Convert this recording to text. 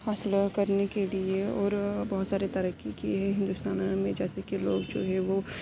حاصل کرنے کے لیے اور بہت سارے ترقی کی ہے ہندوستان میں جیسے لوگ جو ہے وہ